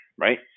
right